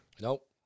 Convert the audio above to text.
Nope